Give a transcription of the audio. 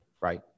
right